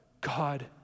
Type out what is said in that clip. God